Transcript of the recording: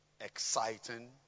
Exciting